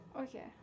Okay